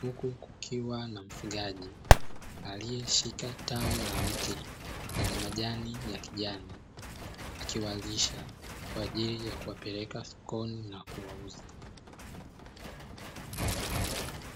huku kukiwa na mfugaji aliyeshika tawi la mti lenye majani ya kijani akiwalisha kwa ajili ya kuwapeleka sokoni na kuwauza.